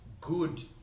good